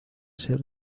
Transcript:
ser